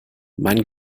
mein